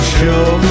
show